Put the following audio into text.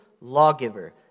lawgiver